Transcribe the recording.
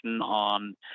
on